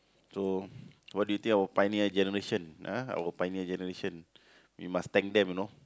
so what do you think of our pioneer generation ah our pioneer generation we must thank them you know